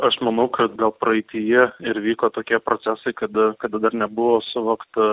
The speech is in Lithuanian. aš manau kad gal praeityje ir vyko tokie procesai kada kada dar nebuvo suvokta